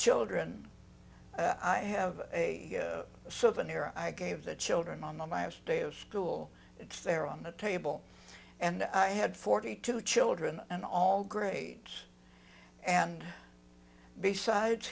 children i have a souvenir i gave the children on the last day of school it's there on the table and i had forty two children and all grades and besides